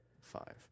Five